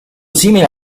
simile